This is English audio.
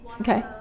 Okay